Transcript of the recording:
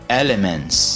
elements